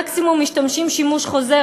מקסימום משתמשים שימוש חוזר,